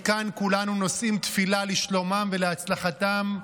מכאן כולנו נושאים תפילה לשלומם ולהצלחתם: